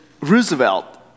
Roosevelt